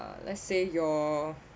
let's say your